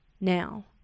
now